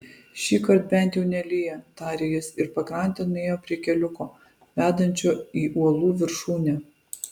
šįkart bent jau nelyja tarė jis ir pakrante nuėjo prie keliuko vedančio į uolų viršūnę